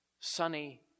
sunny